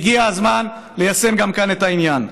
הגיע הזמן ליישם גם כאן את העניין.